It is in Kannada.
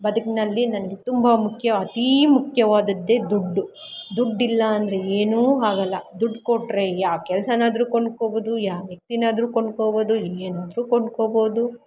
ಬದುಕಿನಲ್ಲಿ ನನ್ಗೆ ತುಂಬ ಮುಖ್ಯ ಅತಿ ಮುಖ್ಯವಾದದ್ದೇ ದುಡ್ಡು ದುಡ್ಡಿಲ್ಲ ಅಂದರೆ ಏನೂ ಆಗಲ್ಲ ದುಡ್ಡು ಕೊಟ್ಟರೆ ಯಾವು ಕೆಲಸನಾದ್ರೂ ಕೊಂಡ್ಕೊಬೋದು ಯಾವು ವ್ಯಕ್ತಿನಾದ್ರೂ ಕೊಂಡ್ಕೊಬೋದು ಏನಾದರೂ ಕೊಂಡ್ಕೊಬೋದು